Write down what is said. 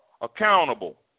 accountable